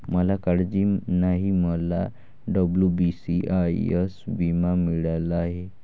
मला काळजी नाही, मला डब्ल्यू.बी.सी.आय.एस विमा मिळाला आहे